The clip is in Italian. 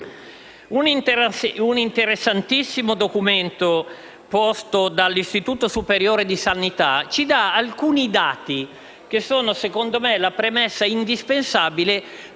Un interessantissimo documento dell'Istituto superiore di sanità ci dà alcuni dati che sono, secondo me, la premessa indispensabile